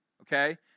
Okay